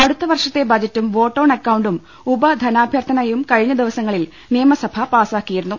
അടുത്ത വർഷത്തെ ബജറ്റും വോട്ട് ഓൺ അക്കൌണ്ടും ഉപ ധനാഭ്യർത്ഥനയും കഴിഞ്ഞ ദിവസങ്ങളിൽ നിയമസഭ പാസ്സാക്കിയിരുന്നു